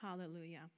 Hallelujah